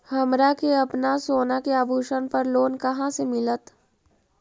हमरा के अपना सोना के आभूषण पर लोन कहाँ से मिलत?